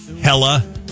Hella